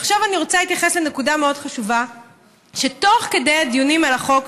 עכשיו אני רוצה להתייחס לנקודה מאוד חשובה שתוך כדי הדיונים על החוק